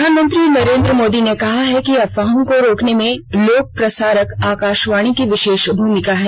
प्रधानमंत्री नरेन्द्र मोदी ने कहा है कि अफवाहों को रोकने में लोक प्रसारक आकाशवाणी की विशेष भूमिका है